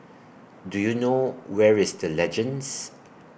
Do YOU know Where IS The Legends